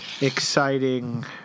exciting